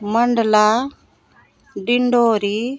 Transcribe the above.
Mandla Dindori